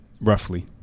Roughly